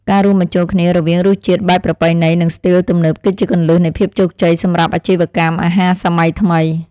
ការរួមបញ្ចូលគ្នារវាងរសជាតិបែបប្រពៃណីនិងស្ទីលទំនើបគឺជាគន្លឹះនៃភាពជោគជ័យសម្រាប់អាជីវកម្មអាហារសម័យថ្មី។